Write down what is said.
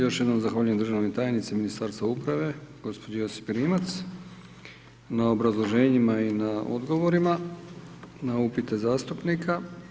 Još jednom zahvaljujem državnoj tajnici Ministarstva uprave, gospođi Josipi Rimac na obrazloženjima i na odgovorima na upite zastupnika.